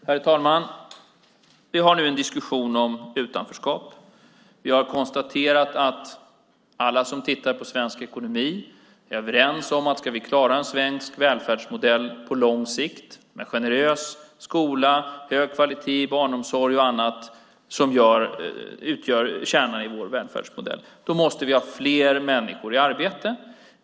Herr talman! Vi har nu en diskussion om utanförskap. Vi har konstaterat att alla som tittar på svensk ekonomi är överens om att ska vi klara en svensk välfärdsmodell på lång sikt, med generös skola, hög kvalitet i barnomsorg och annat som utgör kärnan i vår välfärdsmodell måste vi ha fler människor i arbete.